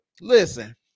Listen